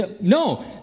No